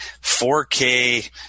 4K